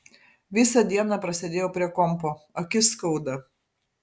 visą dieną prasėdėjau prie kompo akis skauda